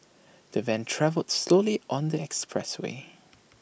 the van travelled slowly on the expressway